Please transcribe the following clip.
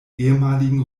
ehemaligen